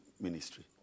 ministry